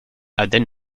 adèle